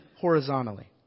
horizontally